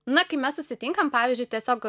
na kai mes susitinkam pavyzdžiui tiesiog